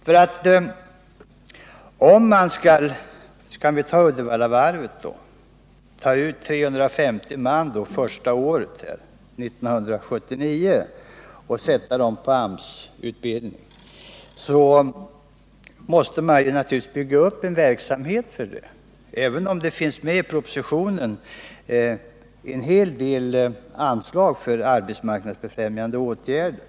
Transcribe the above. Om mant.ex. vid Uddevallavarvet tar ut 350 man första året, 1979, och sätter dem på AMS-utbildning måste man naturligtvis bygga upp en verksamhet för det, även om det i propositionen finns en hel del anslag för arbetsmarknadsfrämjande åtgärder.